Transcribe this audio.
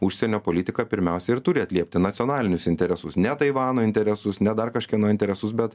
užsienio politika pirmiausia ir turi atliepti nacionalinius interesus ne taivano interesus ne dar kažkieno interesus bet